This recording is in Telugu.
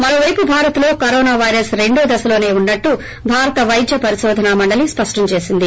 మరోపైపు భారత్ లో కరోనా పైరస్ రెండో దశలోనే ఉన్నట్లు భారత వైద్య పరిశోధన మండలీ స్పష్టం చేసింది